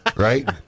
Right